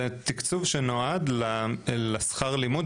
זה תקצוב שנועד לשכר הלימוד,